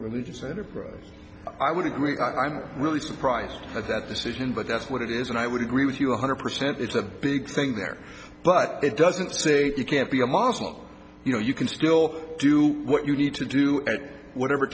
religious enterprise i would agree i'm really surprised at that decision but that's what it is and i would agree with you one hundred percent it's a big thing there but it doesn't say you can't be a muslim you know you can still do what you need to do at whatever